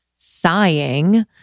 Sighing